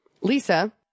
Lisa